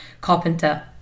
carpenter